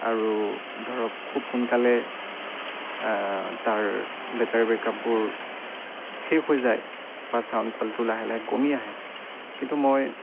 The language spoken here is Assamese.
আৰু ধৰক খুব সোনকালে তাৰ বেটাৰী বেক আপবোৰ শেষ হৈ যায় বা ছাউণ্ড কোৱালিটিটো লাহে লাহে কমি আহে কিন্তু মই